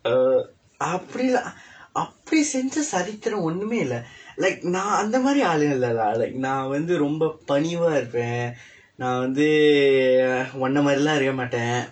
err அப்படி எல்லாம் அப்படி செய்தால் சரி ஒன்னும் இல்ல:appadi ellaam appadi seythaal sari onnum illa like நான் அந்த மாதிரி ஆள் இல்லை:naan andtha maathiri aal illai lah like நான் வந்து ரொம்ப பணிவா இருப்பேன் நான் வந்து உன்னை மாதிரி எல்லாம் இருக்க மாட்டேன்:naan vandthu rompa panivaa iruppeen naan vandthu unnai maathiri ellaam irukka matdeen